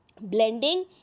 Blending